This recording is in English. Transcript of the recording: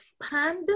expand